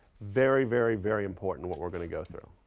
very, very very important, what we're going to go through.